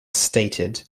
stated